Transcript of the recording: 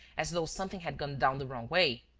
as though something had gone down the wrong way.